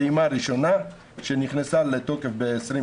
פעימה ראשונה שנכנסה לתוקף ב-2020,